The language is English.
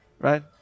right